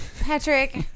Patrick